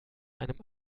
einem